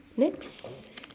next